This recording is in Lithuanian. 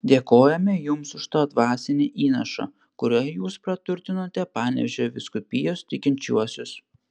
dėkojame jums už tą dvasinį įnašą kuriuo jūs praturtinote panevėžio vyskupijos tikinčiuosius